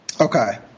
Okay